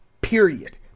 Period